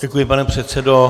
Děkuji, pane předsedo.